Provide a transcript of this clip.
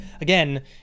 again